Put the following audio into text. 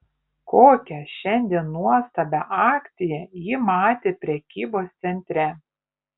kokią šiandien nuostabią akciją ji matė prekybos centre